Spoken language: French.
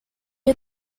est